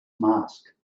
mask